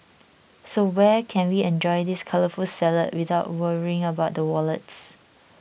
so where can we enjoy this colourful salad without worrying about the wallets